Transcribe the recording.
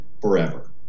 forever